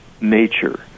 nature